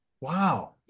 Wow